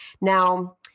Now